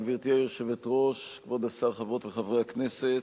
גברתי היושבת-ראש, כבוד השר, חברות וחברי הכנסת,